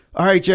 alright, yeah